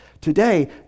Today